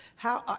how.